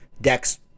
Dex